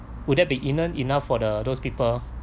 would that be even enough for the those people